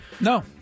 No